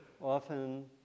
often